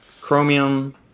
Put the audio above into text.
chromium